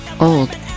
Old